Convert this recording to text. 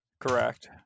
correct